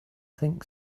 think